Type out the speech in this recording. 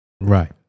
Right